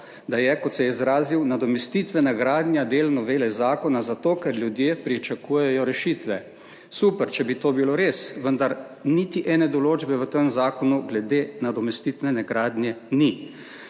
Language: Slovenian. da je, kot se je izrazil, nadomestitvena gradnja del novele zakona zato, ker ljudje pričakujejo rešitve. Super, če bi to bilo res, vendar niti ene določbe v tem zakonu glede nadomestitvene gradnje ni,